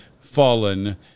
fallen